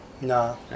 No